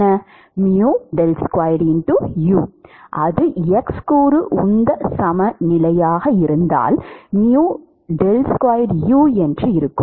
மாணவர் அது x கூறு உந்த சமநிலையாக இருந்தால் என்று இருக்கும்